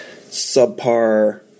subpar